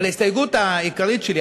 אבל ההסתייגות העיקרית שלי,